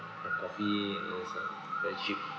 have coffee and it's like legit